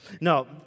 No